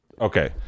Okay